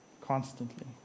constantly